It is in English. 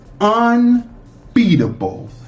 unbeatable